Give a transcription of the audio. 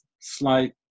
slight